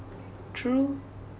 true